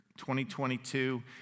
2022